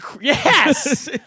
Yes